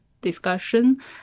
discussion